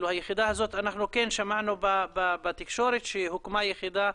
שמענו בתקשורת שהוקמה יחידה.